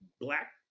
black